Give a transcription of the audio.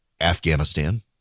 Afghanistan